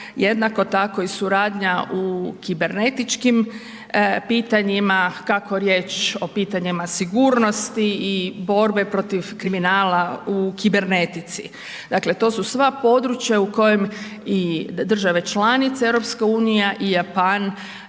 jednako tako i suradnja u kibernetičkim pitanja kako je riječ o pitanjima sigurnosti i borbe protiv kriminala u kibernetici. Dakle to su sva područja u kojem i države članice i EU-a i Japan